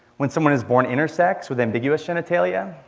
when someone is born intersex, with ambiguous genitalia,